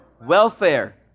welfare